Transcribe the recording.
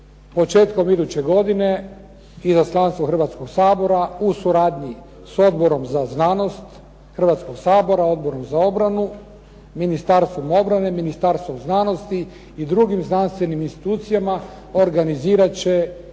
Početkom iduće godine izaslanstvo Hrvatskog sabora, u suradnji s Odborom za znanost Hrvatskog sabora, Odboru za obranu, Ministarstvom obrane, Ministarstvom znanosti i drugim znanstvenim institucijama organizirat će